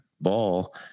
ball